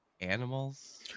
animals